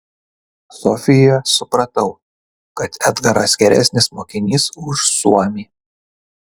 sofijoje supratau kad edgaras geresnis mokinys už suomį